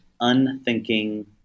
unthinking